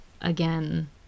again